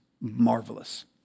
marvelous